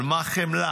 על מה חמלה?